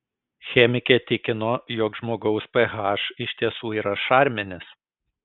chemikė tikino jog žmogaus ph iš tiesų yra šarminis